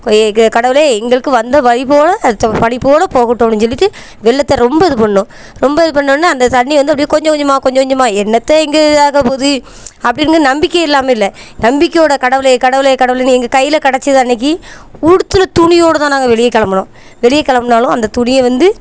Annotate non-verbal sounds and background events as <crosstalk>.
கொ எங்கள் கடவுளே எங்களுக்கு வந்த <unintelligible> அது பனிபோல் போகட்டும் அப்படின்னு சொல்லிட்டு வெள்ளத்தை ரொம்ப இது பண்ணிணோம் ரொம்ப இது பண்ணோன்னே அந்த தண்ணி வந்து அப்படியே கொஞ்ச கொஞ்சமாக கொஞ்ச கொஞ்சமாக என்னத்த இங்கே ஆக போகுது அப்படின்னு நம்பிக்கை இல்லாமல் இல்லை நம்பிக்கையோடு கடவுளே கடவுளே கடவுளேனு எங்கள் கையில் கிடச்சத அன்றைக்கி உடுத்தின துணியோடு தான் நாங்கள் வெளியே கிளம்புனோம் வெளியே கிளம்புனாலும் அந்த துணியை வந்து